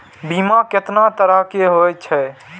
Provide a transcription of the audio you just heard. बीमा केतना तरह के हाई छै?